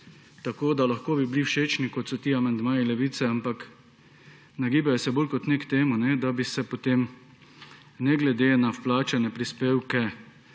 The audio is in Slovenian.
obdobju. Lahko bi bili všečni, kot so ti amandmaji Levice, ampak nagibajo se bolj kot ne k temu, da bi se ne glede na vplačane prispevke